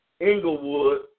Englewood